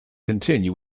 continue